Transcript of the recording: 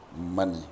money